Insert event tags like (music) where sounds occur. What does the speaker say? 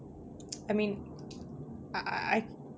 (noise) I mean i~ i~